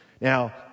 Now